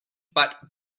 but